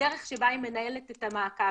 בדרך שבה היא מנהלת את המשבר.